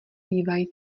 bývají